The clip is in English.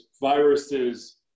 viruses